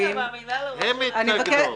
הם התנגדו.